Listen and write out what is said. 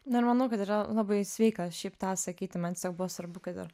dar manau kad yra labai sveika šiaip tą sakyti man tiesiog buvo svarbu kad ir